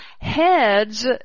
heads